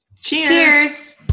Cheers